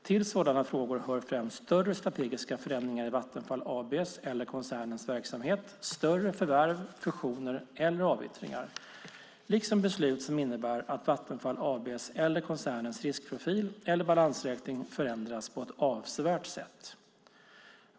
Till sådana frågor hör främst större strategiska förändringar i Vattenfall AB:s eller koncernens verksamhet, större förvärv, fusioner eller avyttringar, liksom beslut som innebär att Vattenfall AB:s eller koncernens riskprofil eller balansräkning förändras på ett avsevärt sätt.